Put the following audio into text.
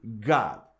God